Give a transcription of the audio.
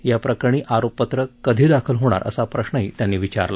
याप्रकरणी आरोपपत्र कधी दाखल होणार असा प्रश्नही त्यांनी विचारला